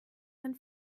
sein